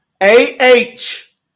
A-H